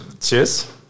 Cheers